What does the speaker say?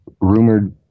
rumored